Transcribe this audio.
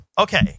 Okay